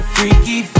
Freaky